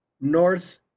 north